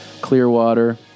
Clearwater